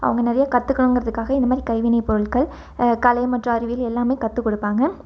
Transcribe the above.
அவங்க நிறைய கற்றுக்கணுங்கிறதுக்காக இந்த மாதிரி கைவினை பொருட்கள் கலை மற்றும் அறிவியல் எல்லாமே கற்று கொடுப்பாங்க